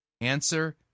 Answer